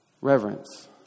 Reverence